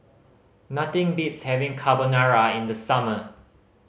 nothing beats having Carbonara in the summer